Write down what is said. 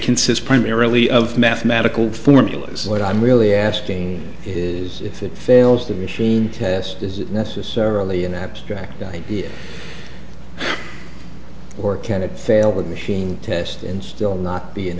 consists primarily of mathematical formulas what i'm really asking is if it fails the machine test is necessarily an abstract idea or can it fail with machine test and still not be an